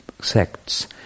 sects